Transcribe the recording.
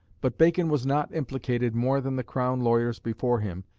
but bacon was not implicated more than the crown lawyers before him,